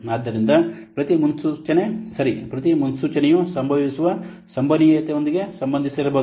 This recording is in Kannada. ಆದ್ದರಿಂದ ಪ್ರತಿ ಮುನ್ಸೂಚನೆ ಸರಿ ಪ್ರತಿ ಮುನ್ಸೂಚನೆಯು ಸಂಭವಿಸುವ ಸಂಭವನೀಯತೆಯೊಂದಿಗೆ ಸಂಬಂಧಿಸಿರಬಹುದು